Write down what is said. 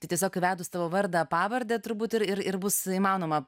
tai tiesiog įvedus tavo vardą pavardę turbūt ir ir ir bus įmanoma